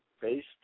Based